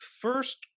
first